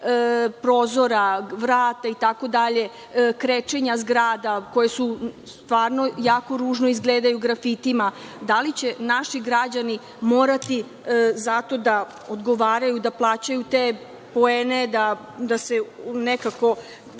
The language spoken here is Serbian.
prozora, vrata, krečenja zgrada koje stvarno jako ružno izgledaju grafitima, da li će naši građani morati zato da odgovaraju, da plaćaju te poene, da se nekako